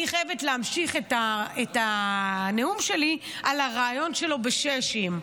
אני חייבת להמשיך את הנאום שלי על הריאיון שלו ב"שש עם".